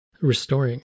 restoring